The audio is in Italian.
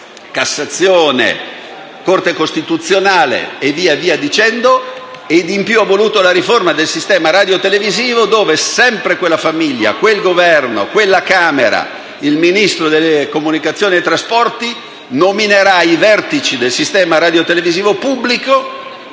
Cassazione, Corte costituzionale) e via dicendo. Inoltre, ha voluto la riforma del sistema radiotelevisivo, secondo la quale sempre quella famiglia, quel Governo, quella Camera, il Ministro delle comunicazioni e dei trasporti, nominerà i vertici del sistema radiotelevisivo pubblico,